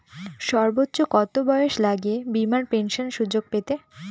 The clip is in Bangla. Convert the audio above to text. সর্বোচ্চ কত বয়স লাগে বীমার পেনশন সুযোগ পেতে?